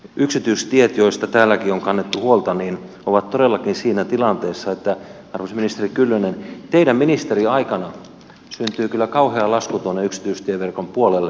yksityistiet joista täälläkin on kannettu huolta ovat todellakin siinä tilanteessa arvoisa ministeri kyllönen että teidän ministeriaikananne syntyy kyllä kauhea lasku tuonne yksityistieverkon puolelle